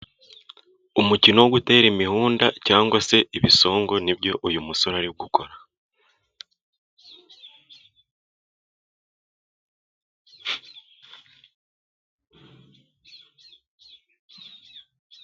Umukino wo gutera imihunda cyangwa se ibisongo, ni byo uyu musore ari gukora.